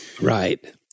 right